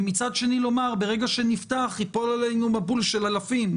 ומצד שני לומר: ברגע שנפתח ייפול עלינו מבול של אלפים.